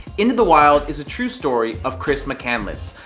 into the wild is a true story of chris mccandless,